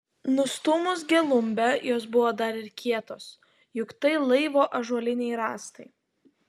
nustūmus gelumbę jos buvo dar ir kietos juk tai laivo ąžuoliniai rąstai